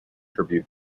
tribute